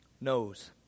knows